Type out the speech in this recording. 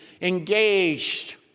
engaged